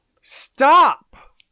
Stop